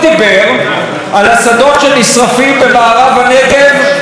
והוא לא טרח לבקר שם בכל שמונת החודשים או שבעת החודשים,